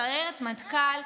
סיירת מטכ"ל,